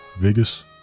Vegas